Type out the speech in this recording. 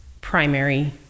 primary